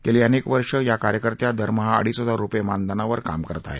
गेली अनेक वर्षे या कार्यकर्त्या दरमहा अडीच हजार रूपये मानधनावर काम करत आहेत